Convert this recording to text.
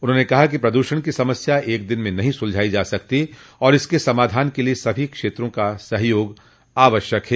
उन्होंने कहा कि प्रदूषण की समस्या एक दिन में नहीं सुलझाई जा सकती और इसके समाधान के लिए सभी क्षेत्रों का सहयोग आवश्यक है